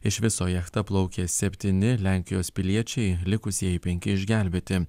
iš viso jachta plaukė septyni lenkijos piliečiai likusieji penki išgelbėti